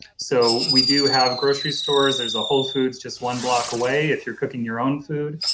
so, we do have grocery stores there's a whole foods just one block away if you're cooking your own food